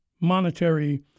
monetary